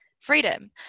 freedom